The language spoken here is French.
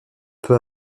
peu